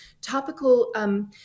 topical